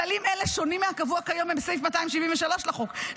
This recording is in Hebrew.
כללים אלה שונים מהקבוע כיום בסעיף 273 לחוק,